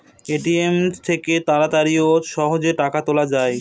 ATM থেকে তাড়াতাড়ি ও সহজেই টাকা তোলা যায়